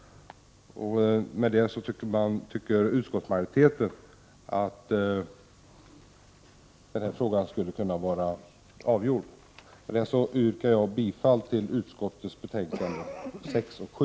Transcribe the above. Med detta tycker utskottsmajoriteten att frågan skulle kunna vara avgjord. Med det anförda yrkar jag bifall till hemställan i skatteutskottets betänkanden 6 och 7.